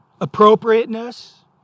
appropriateness